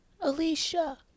alicia